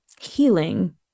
healing